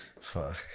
Fuck